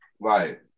right